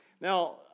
Now